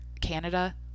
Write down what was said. canada